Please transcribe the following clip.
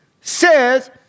says